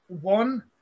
one